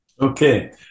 Okay